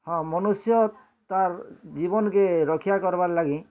ହଁ ମନୁଷ୍ୟ ତାର୍ ଜୀବନ୍ କେ ରକ୍ଷା କର୍ବାର୍ ଲାଗି